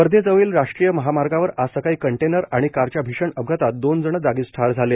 वर्धेजवळील राष्ट्रीय महामार्गावर आज सकाळी कन्टेनर आणि कारच्या भीषण अपघातात दोन जण जागीच ठार झाले